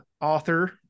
author